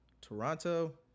Toronto